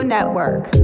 Network